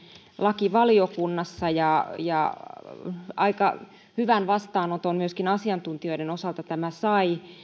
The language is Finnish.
lakivaliokunnassa ja aika hyvän vastaanoton myöskin asiantuntijoiden osalta tämä sai